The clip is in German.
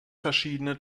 verschiedene